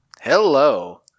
hello